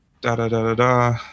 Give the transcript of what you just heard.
da-da-da-da-da